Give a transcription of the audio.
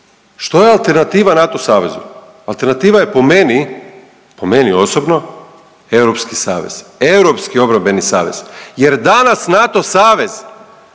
Što je alternativa NATO savezu? Alternativa je po meni, po meni osobno europski savez, europski obrambeni savez jer danas NATO savez